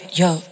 yo